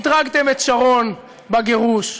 אתרגתם את שרון בגירוש,